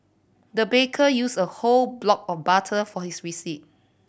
the baker use a whole block of butter for this recipe